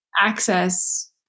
access